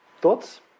Thoughts